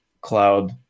cloud